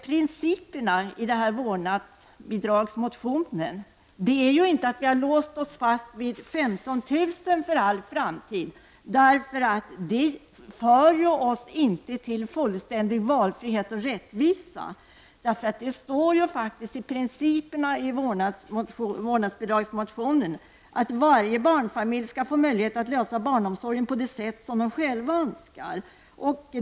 Principen i vår vårdnadsbidragmotion är inte att vi har låst oss fast vid 15 000 kr. i bidrag för all framtid. Det beloppet innebär inte fullständig valfrihet och rättvisa. I vår motion står faktiskt att varje barnfamilj skall ges möjlighet att ordna barnomsorgen på det sätt man själv önskar.